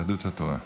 יהדות התורה.